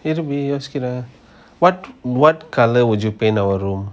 யோசிக்கிறான்:yosikiran what what colour would you paint in our room